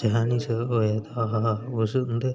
जखैनी च होए दा हा अस उं'दे